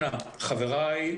אנא חבריי,